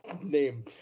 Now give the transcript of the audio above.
name